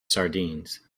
sardines